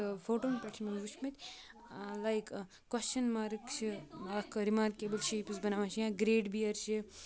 تہٕ فوٹووَن پٮ۪ٹھ چھِ مےٚ وٕچھمٕتۍ لایک کوسچَن مارٕک چھِ اَکھ رِمارکیبٕل شیپٕس بَناوان یا گرٛیٹ بِیَر چھِ